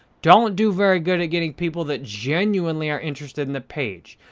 don't do very good at getting people that genuinely are interested in the page.